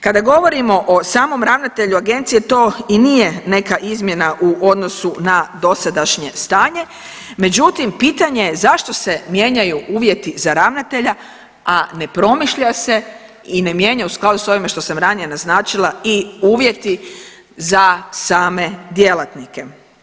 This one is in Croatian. Kada govorimo o samom ravnatelju agencije, to i nije neka izmjena u odnosu na dosadašnje stanje, međutim pitanje je zašto se mijenjaju uvjeti za ravnatelja, a ne promišlja se i ne mijenja u skladu s ovime što sam ranije naznačila i uvjeti za same djelatnike.